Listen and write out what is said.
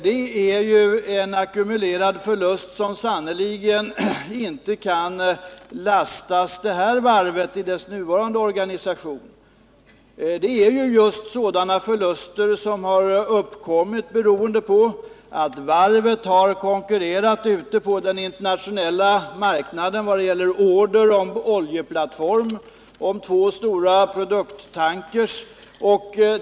Det är en ackumulerad förlust som sannerligen inte kan lastas det här varvet i dess nuvarande organisation. Dessa förluster har uppkommit på grund av att varvet har konkurrerat ute på den internationella marknaden om order på oljeplattform och två stora produkttankers.